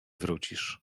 wrócisz